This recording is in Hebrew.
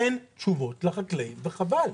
אין תשובות לחקלאים, וחבל.